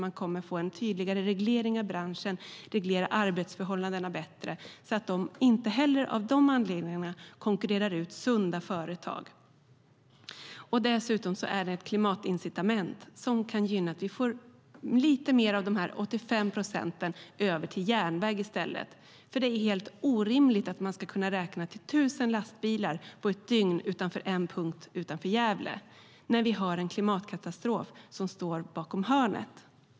Man kommer att få en tydligare reglering av branschen och reglera arbetsförhållandena bättre, så att sunda företag inte heller av de anledningarna konkurreras ut. Dessutom är det ett klimatincitament som kan gynna att vi får lite mer av de 85 procenten över till järnväg i stället. Det är helt orimligt att man ska kunna räkna till 1 000 lastbilar på ett dygn vid en punkt utanför Gävle när vi har en klimatkatastrof som står bakom hörnet.